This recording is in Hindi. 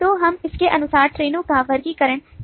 तो हम इसके अनुसार ट्रेनों का वर्गीकरण कर सकते हैं